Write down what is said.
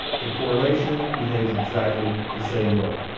the correlation behaves exactly the same way.